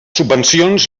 subvencions